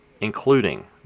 including